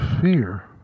fear